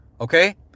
okay